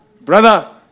Brother